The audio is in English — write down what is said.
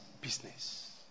business